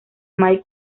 mike